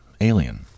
Alien